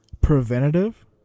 preventative